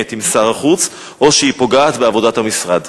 עם שר החוץ או שהיא פוגעת בעבודת המשרד?